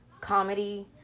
comedy